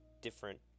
different